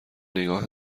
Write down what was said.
نگاه